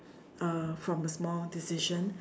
uh from a small decision